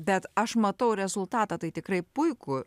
bet aš matau rezultatą tai tikrai puikų